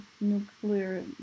nuclear